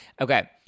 Okay